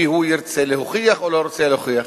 כי הוא ירצה להוכיח או לא ירצה להוכיח.